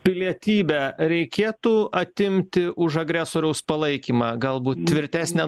pilietybę reikėtų atimti už agresoriaus palaikymą galbūt tvirtesnę